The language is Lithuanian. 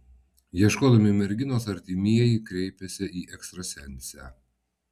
ieškodami merginos artimieji kreipėsi į ekstrasensę